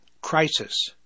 Crisis